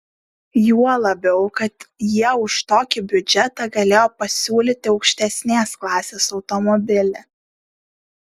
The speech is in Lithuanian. juo labiau kad jie už tokį biudžetą galėjo pasiūlyti aukštesnės klasės automobilį